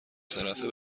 طرفه